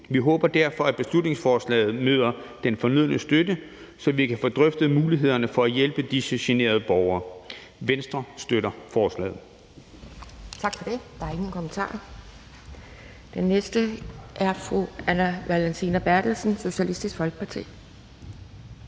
Vi håber derfor, at beslutningsforslaget nyder den fornødne støtte, så vi kan få drøftet mulighederne for at hjælpe disse generede borgere. Venstre støtter forslaget. Kl. 10:19 Anden næstformand (Pia Kjærsgaard): Tak for det. Der er ingen kommentarer. Den næste er fru Anne Valentina Berthelsen, Socialistisk Folkeparti.